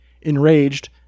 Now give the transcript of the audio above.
Enraged